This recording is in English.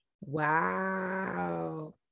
wow